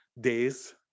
days